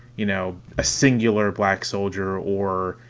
you know, a singular black soldier or,